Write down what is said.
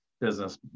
business